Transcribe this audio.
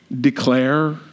declare